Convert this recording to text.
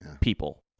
people